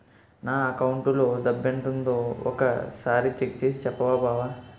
నా అకౌంటులో డబ్బెంతుందో ఒక సారి చెక్ చేసి చెప్పవా బావా